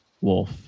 Wolf